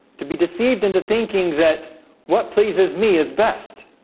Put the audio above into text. to be deceived into thinking that what pleases me is best